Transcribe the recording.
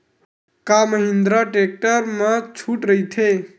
का महिंद्रा टेक्टर मा छुट राइथे?